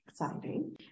exciting